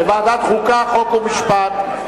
לוועדת החוקה, חוק ומשפט.